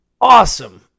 awesome